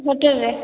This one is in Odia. ହୋଟେଲରେ